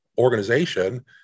organization